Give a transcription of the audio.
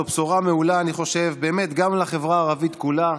אני חושב שזו בשורה מעולה באמת גם לחברה הערבית כולה.